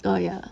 oh ya